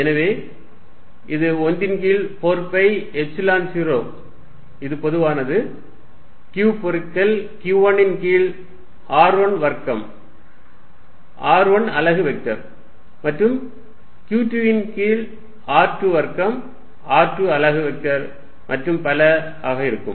எனவே இது 1 ன் கீழ் 4 பை எப்சிலன் 0 இது பொதுவானது q பெருக்கல் Q1 ன் கீழ் r1 வர்க்கம் r1 அலகு வெக்டர் மற்றும் Q2 ன் கீழ் r2 வர்க்கம் r2அலகு வெக்டர் மற்றும் பல ஆக இருக்கும்